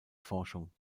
forschung